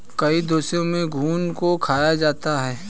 कई देशों में घुन को खाया जाता है